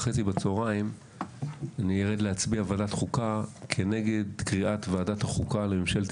בצוהריים אני ארד להצביע בוועדת חוקה נגד קריאת ועדת החוקה לממשלת